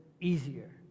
easier